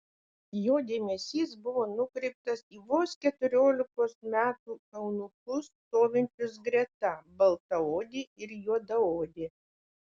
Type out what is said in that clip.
jo dėmesys buvo nukreiptas į vos keturiolikos metų eunuchus stovinčius greta baltaodį ir juodaodį